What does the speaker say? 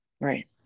Right